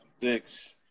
Thanks